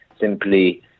simply